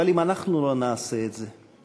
אבל, אם אנחנו לא נעשה את זה,